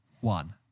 one